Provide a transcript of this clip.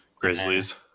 Grizzlies